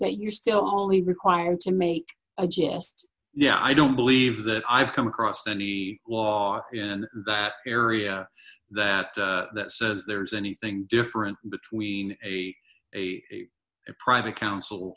that you're still only required to make a jest yeah i don't believe that i've come across any law in that area that that says there's anything different between a a a private coun